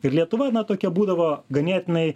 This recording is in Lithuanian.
ir lietuva na tokia būdavo ganėtinai